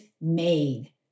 made